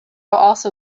also